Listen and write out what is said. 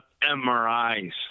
MRIs